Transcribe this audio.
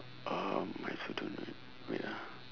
um I also don't wait ah